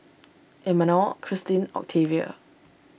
Imanol Christin Octavia